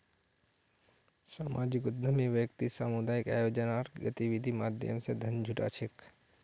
सामाजिक उद्यमी व्यक्ति सामुदायिक आयोजना आर गतिविधिर माध्यम स धन जुटा छेक